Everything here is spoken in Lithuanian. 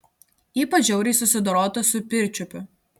ypač žiauriai susidorota su pirčiupiu